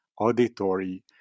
auditory